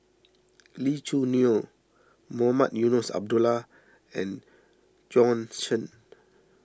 Lee Choo Neo Mohamed Eunos Abdullah and Bjorn Shen